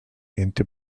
into